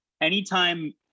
anytime